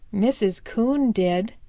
mrs. coon did.